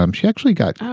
um she actually got.